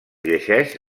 llegeix